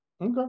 Okay